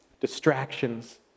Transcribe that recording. distractions